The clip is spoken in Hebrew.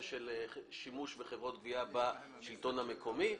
של שימוש בחברות גבייה בשלטון המקומי.